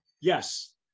Yes